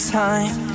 time